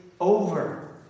over